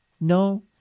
no